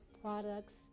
products